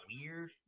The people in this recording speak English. weird